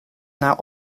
now